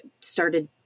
started